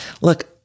look